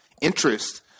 interest